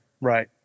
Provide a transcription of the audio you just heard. Right